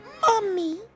mommy